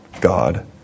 God